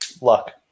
luck